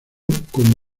con